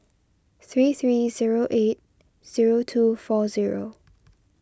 three three zero eight zero two four zero